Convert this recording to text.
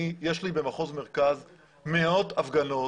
יש לי במחוז מרכז מאות הפגנות